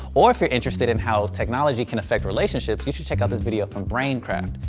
or if you're interested in how technology can affect relationships, you should check out this video from braincraft.